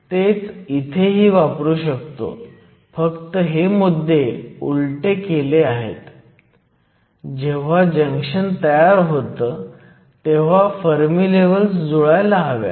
तर आता आपण समस्या 2 वर जाऊ या आपल्याकडे p बाजूला 1016 एक्सेप्टर अणू आणि n बाजूला 1017 डोनर अणू असणारे p n जंक्शन आहे